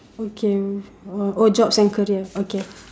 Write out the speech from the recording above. okay oh jobs and career okay